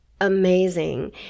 amazing